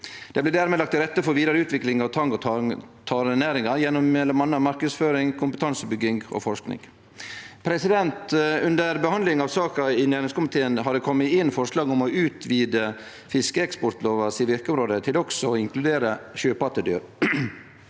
Det blir dermed lagt til rette for vidareutvikling av tang- og tarenæringa gjennom m.a. marknadsføring, kompetansebygging og forsking. Under behandlinga av saka i næringskomiteen har det kome inn forslag om å utvide fiskeeksportlova sitt verkeområde til òg å inkludere sjøpattedyr,